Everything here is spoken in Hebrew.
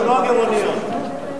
לא הגירעוניות.